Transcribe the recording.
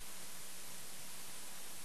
בקומה השלישית יש תערוכה גדולה של אמנים עולים,